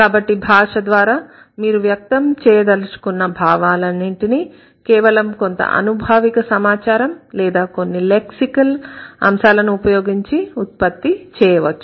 కాబట్టి భాష ద్వారా మీరు వ్యక్తం చేయదలచుకున్న భావాలన్నిటినీ కేవలం కొంత అనుభావిక సమాచారం లేదా కొన్ని లెక్సికల్ అంశాలను ఉపయోగించి ఉత్పత్తి చేయవచ్చు